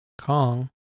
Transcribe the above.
Kong